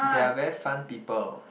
they are very fun people